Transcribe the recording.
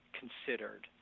considered